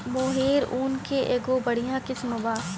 मोहेर ऊन के एगो बढ़िया किस्म बा